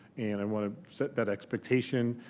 and i want to sit that expectation,